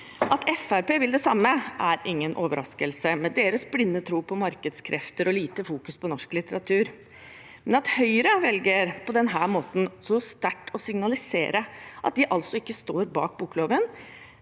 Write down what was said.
vil det samme, er ingen overraskelse, med deres blinde tro på markedskrefter og lite fokusering på norsk litteratur, men at Høyre velger på denne måten så sterkt å signalisere at de ikke står bak bokloven,